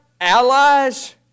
allies